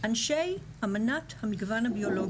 אנשי אמנת המגוון הביולוגי.